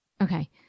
Okay